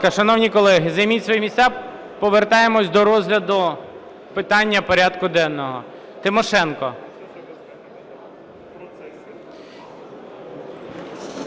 шановні колеги, займіть свої місця. Повертаємося до розгляду питання порядку денного. Тимошенко.